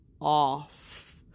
off